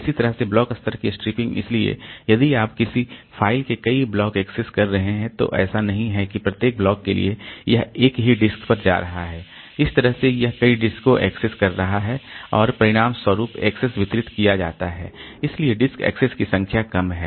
इसी तरह ब्लॉक स्तर की स्ट्रिपिंग इसलिए यदि आप किसी फ़ाइल के कई ब्लॉक एक्सेस कर रहे हैं तो ऐसा नहीं है कि प्रत्येक ब्लॉक के लिए यह एक ही डिस्क पर जा रहा है इस तरह यह कई डिस्क को एक्सेस कर रहा है और परिणामस्वरूप एक्सेस वितरित किया जाता है इसलिए डिस्क एक्सेस की संख्या कम है